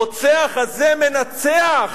הרוצח הזה מנצח,